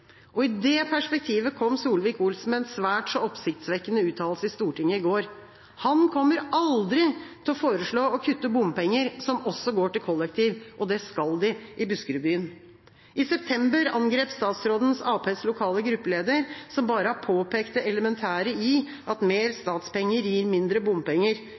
og sekk. I det perspektivet kom Solvik-Olsen med en svært så oppsiktsvekkende uttalelse i Stortinget i går. Han kommer aldri til å foreslå å kutte bompenger som også går til kollektivtrafikk, og det skal de i Buskerudbyen. I september angrep statsråden Arbeiderpartiets lokale gruppeleder, som bare har påpekt det elementære i at mer statspenger gir mindre bompenger